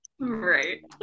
right